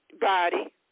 body